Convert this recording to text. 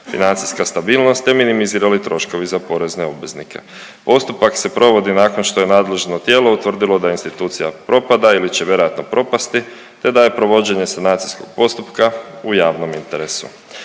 financijska stabilnost te minimizirali troškovi za porezne obveznike. Postupak se provodi nakon što je nadležno tijelo utvrdilo da institucija propada ili će vjerojatno propasti te da je provođenje sanacijskog postupka u javnom interesu.